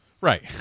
Right